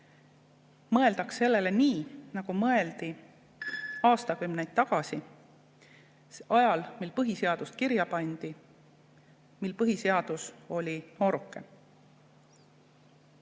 mõeldaks sellele nii, nagu mõeldi aastakümneid tagasi, ajal, mil põhiseadust kirja pandi, mil põhiseadus oli nooruke. Aga